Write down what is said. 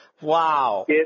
Wow